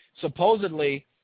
Supposedly